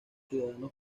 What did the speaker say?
ciudadanos